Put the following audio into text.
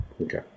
Okay